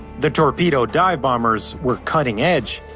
the torpedo dive bombers were cutting edge.